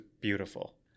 beautiful